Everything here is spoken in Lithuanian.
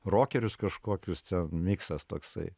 rokerius kažkokius miksas toksai